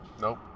Nope